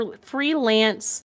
freelance